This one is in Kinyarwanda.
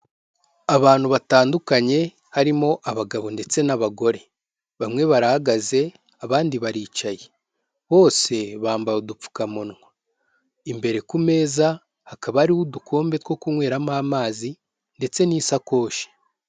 Abantu batandukanye, harimo abagabo ndetse n'abagore, bamwe barahagaze abandi baricaye bose bambaye udupfukamunwa, imbere ku meza, hakaba hariho udukombe two kunyweramo amazi ndetse n'isakoshe.